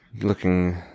Looking